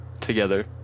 together